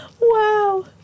Wow